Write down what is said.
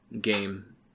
game